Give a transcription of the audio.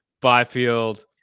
Byfield